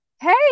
hey